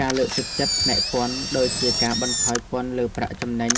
ការលើកទឹកចិត្តផ្នែកពន្ធដូចជាការបន្ថយពន្ធលើប្រាក់ចំណេញ